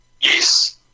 Yes